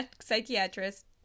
psychiatrist